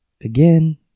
again